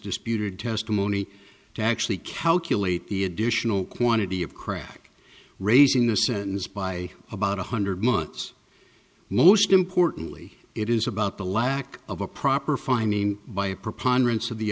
disputed testimony to actually calculate the additional quantity of crack raising the sentence by about one hundred months most importantly it is about the lack of a proper finding by a preponderance of the